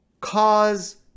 cause